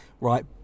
right